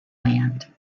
land